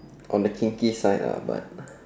on the kinky side uh but